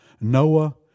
Noah